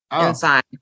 inside